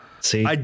See